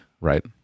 Right